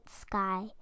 sky